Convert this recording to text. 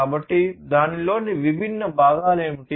కాబట్టి దానిలోని విభిన్న భాగాలు ఏమిటి